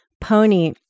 Pony